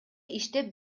иштеп